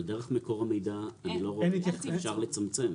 אבל דרך מקור המידע, אני לא רואה איך אפשר לצמצם.